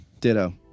ditto